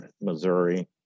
Missouri